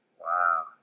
Wow